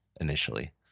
initially